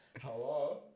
hello